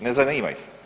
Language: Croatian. Ne zanima ih.